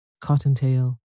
Cottontail